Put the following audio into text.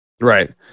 Right